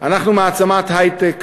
אנחנו מעצמת היי-טק.